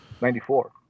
94